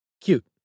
Cute